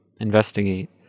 Investigate